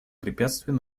препятствия